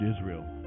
Israel